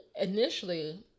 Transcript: initially